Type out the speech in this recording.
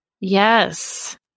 Yes